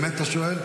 באמת אתה שואל?